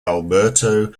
alberto